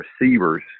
receivers